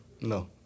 No